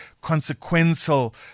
consequential